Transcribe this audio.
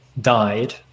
died